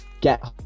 get